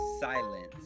silence